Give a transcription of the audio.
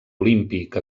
olímpic